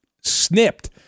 snipped